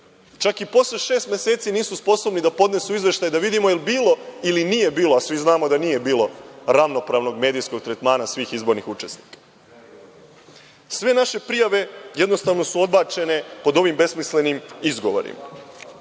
Čak i posle šest meseci nisu sposobni da podnesu izveštaj da li je bilo ili nije bilo, a svi znamo da nije bilo ravnopravnog medijskog tretmana svih izbornih učesnika. Sve naše prijave jednostavno su odbačene pod ovim besmislenim izgovorom.